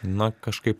na kažkaip